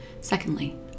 Secondly